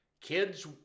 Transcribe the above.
Kids